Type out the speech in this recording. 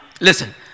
Listen